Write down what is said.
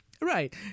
Right